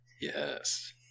Yes